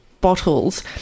bottles